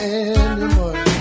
anymore